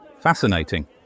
Fascinating